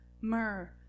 myrrh